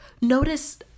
notice